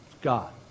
God